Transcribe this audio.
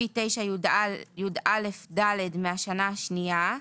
לפי סעיף 9יא(ד) מהשנה השנייה.